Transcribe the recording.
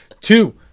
Two